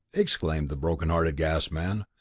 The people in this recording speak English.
exclaimed the broken-hearted gas-man,